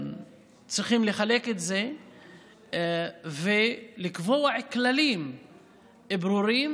צריכים לחלק את זה ולקבוע כללים ברורים